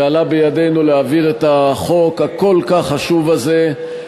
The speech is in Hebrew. שעלה בידינו להעביר את החוק הכל-כך חשוב הזה,